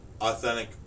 authentic